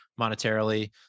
monetarily